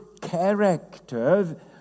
character